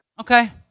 Okay